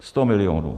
Sto milionů.